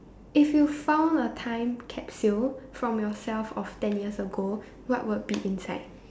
if you found a time capsule from yourself of ten years ago what would be inside